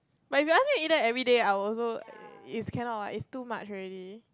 but biryani eaten everyday I will also it's cannot ah it's too much already